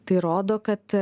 tai rodo kad